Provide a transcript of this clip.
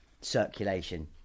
circulation